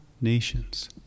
nations